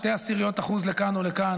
שתי עשיריות האחוז לכאן או לכאן,